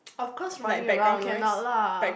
of course running around cannot lah